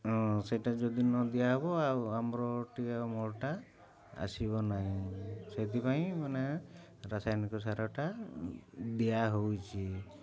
ହଁ ସେଇଟା ଯଦି ନ ଦିଆହେବ ଆଉ ଆମର ଟିକେ ମୋଟା ଆସିବ ନାହିଁ ସେଥିପାଇଁ ମାନେ ରାସାୟନିକ ସାରଟା ଦିଆହେଉଛି